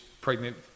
pregnant